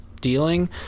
Dealing